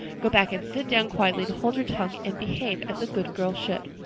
go back and sit down quietly and hold your tongue and behave as a good girl should.